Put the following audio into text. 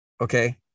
Okay